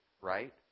right